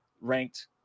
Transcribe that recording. ranked